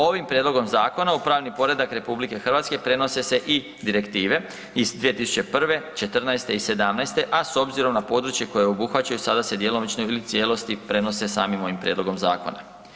Ovim prijedlogom zakona u pravni poredak RH prenose se i direktive iz 2001., 2014, i 2017., a s obzirom na područje koje obuhvaćaju sada se djelomično ili u cijelosti prenose samim ovim prijedlogom zakona.